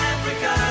Africa